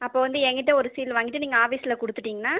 அப்போ வந்து எங்கிட்ட ஒரு சீல் வாங்கிட்டு நீங்கள் ஆஃபீஸில் கொடுத்துட்டீங்கன்னா